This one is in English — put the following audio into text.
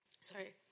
sorry